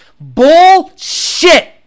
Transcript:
Bullshit